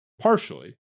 partially